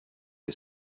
you